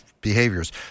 behaviors